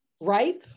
right